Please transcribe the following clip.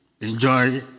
enjoy